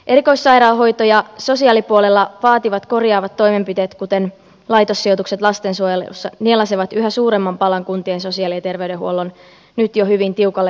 erikoissairaanhoito ja sosiaalipuolella vaativat korjaavat toimenpiteet kuten laitossijoitukset lastensuojelussa nielaisevat yhä suuremman palan kuntien sosiaali ja terveydenhuollon nyt jo hyvin tiukalle kiristyneistä budjeteista